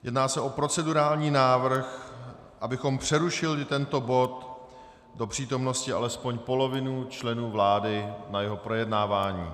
Jedná se o procedurální návrh, abychom přerušili tento bod do přítomnosti alespoň poloviny členů vlády na jeho projednávání.